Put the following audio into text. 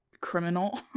criminal